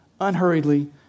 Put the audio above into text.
unhurriedly